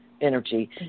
energy